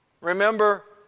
Remember